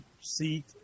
seat